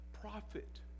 prophet